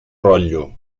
rotllo